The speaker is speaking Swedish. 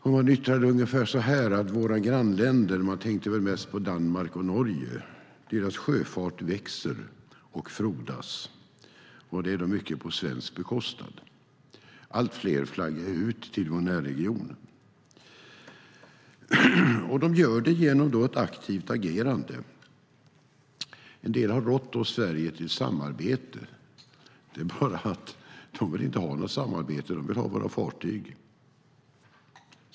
Man sade att sjöfarten i våra grannländer - man tänkte väl mest på Danmark och Norge - växer och frodas, mycket på svensk bekostnad. Allt fler flaggar ut till vår närregion, och de gör det genom ett aktivt agerande. En del har rått Sverige till samarbete. Det är bara att de inte vill ha något samarbete. De vill ha våra fartyg.